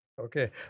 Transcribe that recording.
Okay